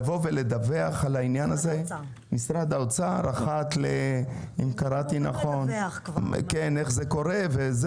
לבוא ולדווח על העניין הזה אחת לכמה זמן איך זה קורה.